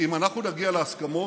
כי אם אנחנו נגיע להסכמות